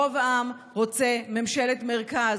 רוב העם רוצה ממשלת מרכז,